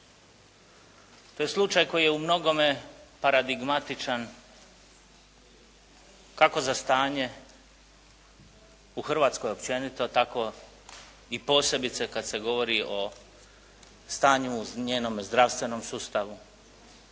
To je slučaj koji je u mnogome paradigmatičan kako za stanje u Hrvatskoj općenito tako i posebice kad se govori o stanju u njenome zdravstvenom sustavu